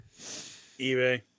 eBay